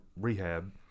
rehab